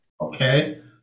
Okay